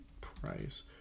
price